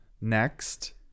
Next